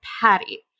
Patty